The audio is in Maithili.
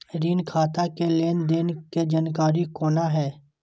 ऋण खाता के लेन देन के जानकारी कोना हैं?